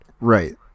Right